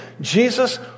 Jesus